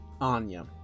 Anya